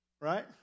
right